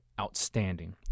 outstanding